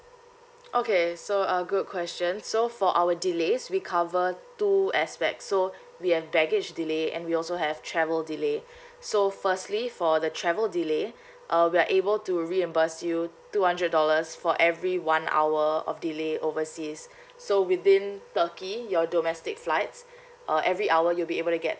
okay so a good question so for our delays we cover two aspect so we have baggage delay and we also have travel delay so firstly for the travel delay uh we are able to reimburse you two hundred dollars for every one hour of delay overseas so within turkey your domestic flights uh every hour you'll be able to get